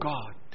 God